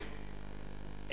האופוזיציונית,